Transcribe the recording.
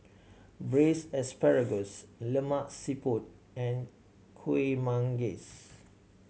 Braised Asparagus Lemak Siput and Kueh Manggis